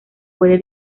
puede